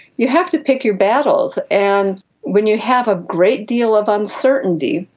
you have to pick your battles. and when you have a great deal of uncertainty,